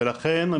לכן,